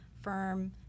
firm